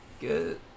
good